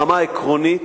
ברמה העקרונית,